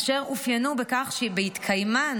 אשר אופיינו בכך שבהתקיימן,